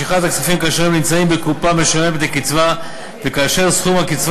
משיכת הכספים כאשר הם נמצאים בקופה משלמת לקצבה וכאשר סכום הקצבה